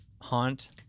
haunt